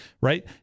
right